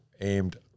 aimed –